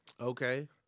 Okay